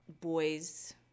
boys